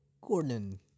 Gordon